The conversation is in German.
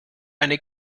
eine